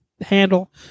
handle